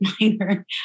minor